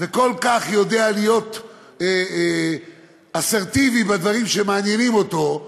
וכל כך יודע להיות אסרטיבי בדברים שמעניינים אותו,